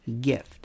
gift